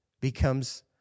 becomes